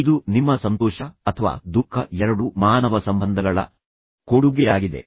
ಇದು ನಿಮ್ಮ ಸಂತೋಷ ಅಥವಾ ದುಃಖ ಎರಡೂ ಮಾನವ ಸಂಬಂಧಗಳ ಕೊಡುಗೆಯಾಗಿದೆ